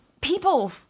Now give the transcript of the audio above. people